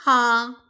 ਹਾਂ